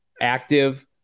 active